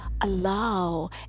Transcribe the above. allow